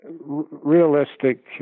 realistic